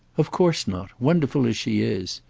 of course not wonderful as she is.